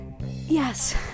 yes